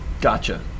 Gotcha